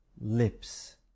lips